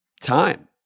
time